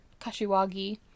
Kashiwagi